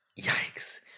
Yikes